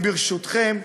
ברשותכם,